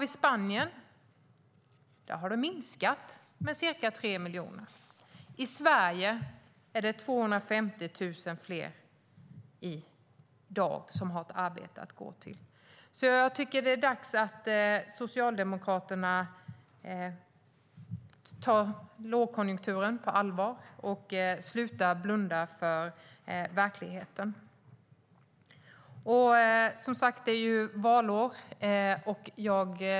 I Spanien har den minskat med ca 3 miljoner. I Sverige är det 250 000 fler i dag som har ett arbete att gå till. Det är dags att Socialdemokraterna tar lågkonjunkturen på allvar och slutar blunda för verkligheten. Det är valår.